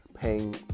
Paying